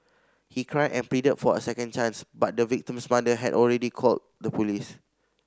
he cried and pleaded for a second chance but the victim's mother had already called the police